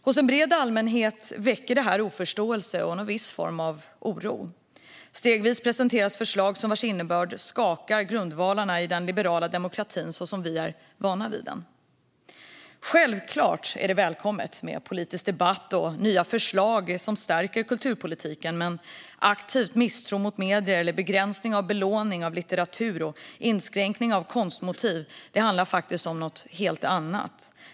Hos en bred allmänhet väcker detta oförståelse och en viss form av oro. Stegvis presenteras förslag vars innebörd skakar grundvalarna i den liberala demokratin så som vi är vana vid den. Självklart är det välkommet med en politisk debatt och nya förslag som stärker kulturpolitiken. Men aktiv misstro mot medier, begränsning av lån av litteratur och inskränkning av konstmotiv handlar faktiskt om någonting helt annat.